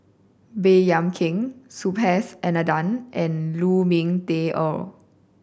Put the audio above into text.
Baey Yam Keng Subhas Anandan and Lu Ming Teh Earl